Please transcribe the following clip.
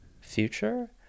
Future